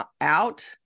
out